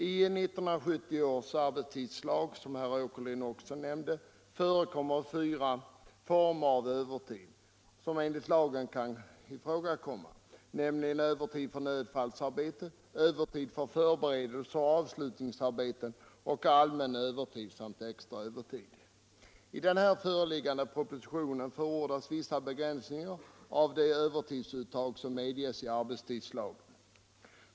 1 1970 års arbetstidslag förekommer, som herr Åkerlind också nämnde, fyra former av övertid, nämligen övertid för nödfallsarbete, övertid för föreberedelseoch avslutningsarbete och allmän övertid samt extra övertid. I den föreliggande propositionen förordas vissa begränsningar av de övertidsuttag som medges i arbetstidslagen.